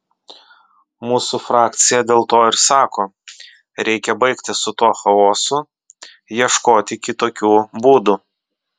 mūsų frakcija dėl to ir sako reikia baigti su tuo chaosu ieškoti kitokių būdų